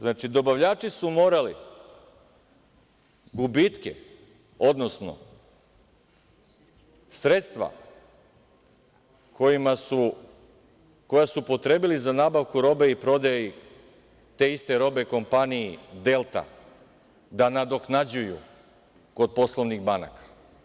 Znači, dobavljači su morali gubitke, odnosno sredstva koja su upotrebili za nabavku robe i prodaje te iste robe kompaniji „Delta“ da nadoknađuju kod poslovnih banaka.